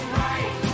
right